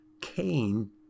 Cain